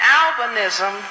albinism